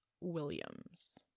Williams